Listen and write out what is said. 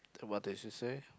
then what did she say